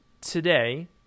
today